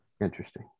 Interesting